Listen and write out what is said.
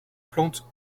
plante